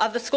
of the school